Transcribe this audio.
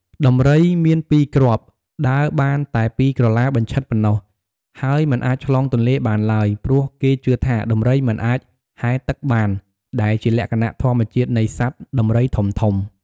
ដំរី មានពីរគ្រាប់ ដើរបានតែពីរក្រឡាបញ្ឆិតប៉ុណ្ណោះ ហើយមិនអាចឆ្លងទន្លេបានឡើយ ព្រោះគេជឿថាដំរីមិនអាចហែលទឹកបាន ដែលជាលក្ខណៈធម្មជាតិនៃសត្វដំរីធំៗ។